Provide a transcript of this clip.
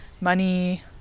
money